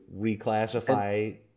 reclassify